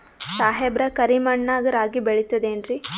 ಸಾಹೇಬ್ರ, ಕರಿ ಮಣ್ ನಾಗ ರಾಗಿ ಬೆಳಿತದೇನ್ರಿ?